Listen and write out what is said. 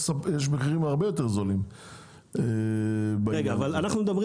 מחירים הרבה יותר גבוהים בעניין הזה --- אבל אנחנו מדברים